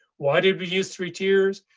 why did we use three tiers?